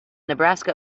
nebraska